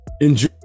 enjoy